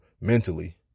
mentally